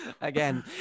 Again